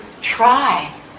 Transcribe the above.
try